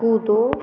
कूदो